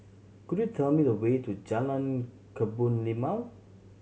could you tell me the way to Jalan Kebun Limau